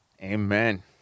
Amen